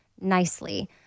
nicely